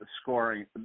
scoring